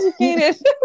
educated